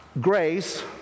Grace